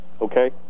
Okay